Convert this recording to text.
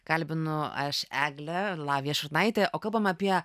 kalbinu aš eglę lavija šurnaitė o kalbame apie